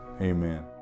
Amen